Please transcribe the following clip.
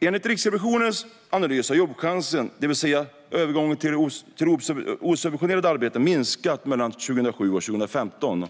Enligt Riksrevisionens analys har jobbchansen, det vill säga övergången till osubventionerade arbeten, minskat mellan 2007 och 2015.